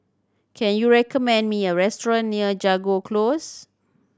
can you recommend me a restaurant near Jago Close